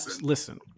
Listen